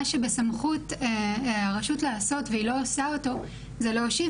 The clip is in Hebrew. מה שבסמכות הרשות לעשות והיא לא עושה אותו זה להושיב